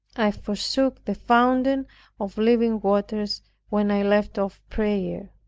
i forsook the fountain of living water when i left off prayer.